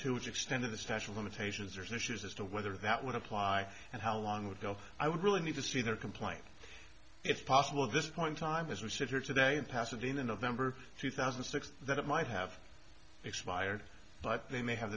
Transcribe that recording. which extent of the statue of limitations there's issues as to whether that would apply and how long would go i would really need to see their complaint it's possible this point time as we sit here today in pasadena november two thousand and six that it might have expired but they may have